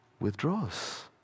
withdraws